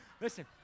listen